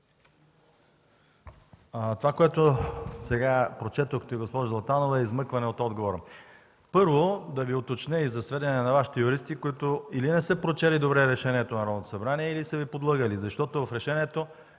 Това, което прочетохте сега, госпожо Златанова, е измъкване от отговора. Първо, да Ви уточня и за сведение на Вашите юристи, които или не са прочели добре решението на Народното събрание, или са Ви подлъгали, защото в решението